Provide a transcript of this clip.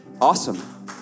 awesome